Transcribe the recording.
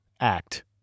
Act